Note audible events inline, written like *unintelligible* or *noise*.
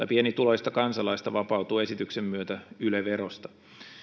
*unintelligible* pienituloista kansalaista vapautuu esityksen myötä yle verosta